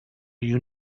you